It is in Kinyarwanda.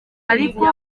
ariko